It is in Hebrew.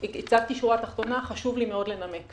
הצגתי שורה תחתונה, חשוב לי מאוד לנמק.